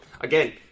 again